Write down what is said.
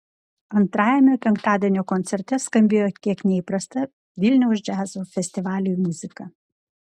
antrajame penktadienio koncerte skambėjo kiek neįprasta vilniaus džiazo festivaliui muzika